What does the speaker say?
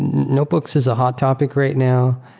notebooks is a hot topic right now.